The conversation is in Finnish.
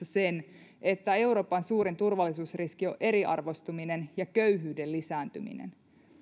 sen että itse asiassa euroopan suurin turvallisuusriski on eriarvoistuminen ja köyhyyden lisääntyminen